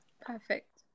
perfect